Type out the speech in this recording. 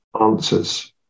answers